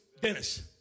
Dennis